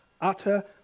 utter